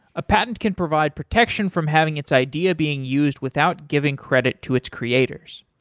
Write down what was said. a patent can provide protection from having its idea being used without giving credit to its creators.